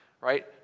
right